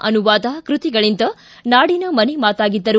ಅನುವಾದ ಕೃತಿಗಳಿಂದ ನಾಡಿನ ಮನೆ ಮಾತಾಗಿದ್ದರು